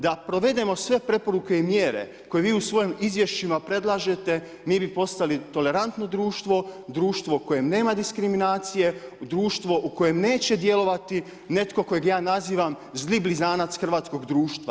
Da provedemo sve preporuke i mjere koje vi u svojim izvješćima predlažete, mi bi postali tolerantno društvo, društvo u kojem nema diskriminacije, društvo u kojem neće djelovati netko kojeg ja nazivam zli blizanac hrvatskog društva.